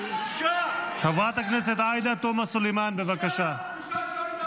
לא, לא.